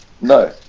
No